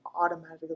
automatically